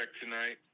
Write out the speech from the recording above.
tonight